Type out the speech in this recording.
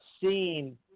seen